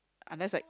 unless I